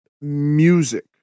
music